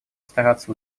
стараться